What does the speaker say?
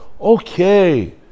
Okay